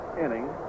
inning